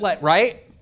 right